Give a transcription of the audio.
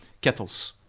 kettles